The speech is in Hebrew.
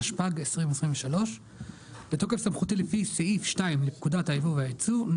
התשפ"ג 2023 בתוקף סמכותי לפי סעיף 2 לפקודת היבוא והיצוא ,